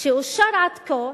שאושר עד כה,